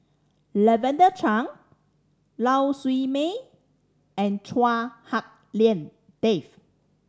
Lavender Chang Lau Siew Mei and Chua Hak Lien Dave